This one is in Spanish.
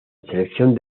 selección